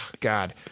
God